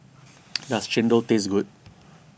does Chendol taste good